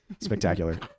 Spectacular